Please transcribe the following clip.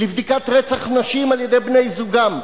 לבדיקת רצח נשים על-ידי בני זוגן,